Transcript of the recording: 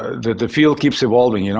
the field keeps evolving, you know?